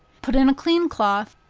put in a clean cloth,